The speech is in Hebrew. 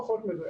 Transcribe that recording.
פחות מדויק.